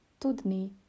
Tudni